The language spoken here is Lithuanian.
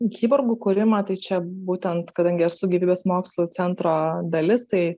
kiborgų kūrimą tai čia būtent kadangi esu gyvybės mokslų centro dalis tai